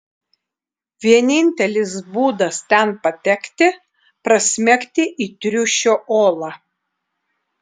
vienintelis būdas ten patekti prasmegti į triušio olą